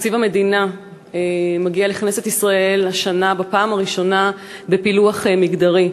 תקציב המדינה מגיע לכנסת ישראל השנה בפעם הראשונה בפילוח מגדרי.